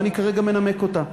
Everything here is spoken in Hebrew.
ואני כרגע מנמק אותה.